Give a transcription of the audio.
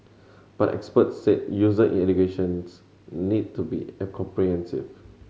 but experts said user educations need to be in comprehensive